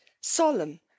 solemn